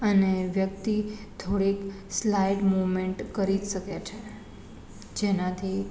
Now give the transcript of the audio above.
અને વ્યક્તિ થોડીક સ્લાઇટ મુમેન્ટ કરી જ શકે છે જેનાથી